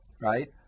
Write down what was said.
Right